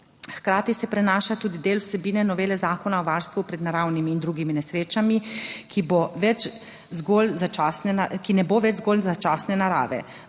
Hkrati se prenaša tudi del vsebine novele Zakona o varstvu pred naravnimi in drugimi nesrečami, ki bo več zgolj, ki ne bo več